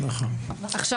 זה